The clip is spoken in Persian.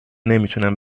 نمیتونم